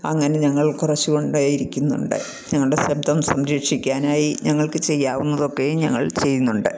അങ്ങനെ ഞങ്ങൾ കുറച്ചുകൊണ്ടേ ഇരിക്കുന്നുണ്ട് ഞങ്ങളുടെ ശബ്ദം സംരക്ഷിക്കാനായി ഞങ്ങൾക്ക് ചെയ്യാവുന്നതൊക്കെയും ഞങ്ങൾ ചെയ്യുന്നുണ്ട്